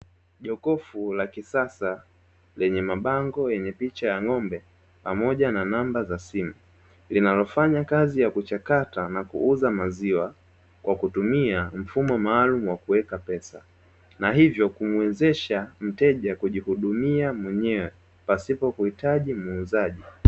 Jokofu la kisasa lenye mabango yenye picha ya ng'ombe pamoja na namba za simu, linalofanya kazi ya kuchakata na kuuza maziwa kwa kutumia mfumo maalumu wa kuweka pesa na hivyo kumuwezesha mteja kujihudumia mwenyewe pasipo kuhitaji muuzaji.